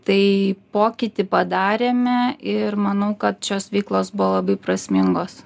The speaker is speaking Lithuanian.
tai pokytį padarėme ir manau kad šios veiklos buvo labai prasmingos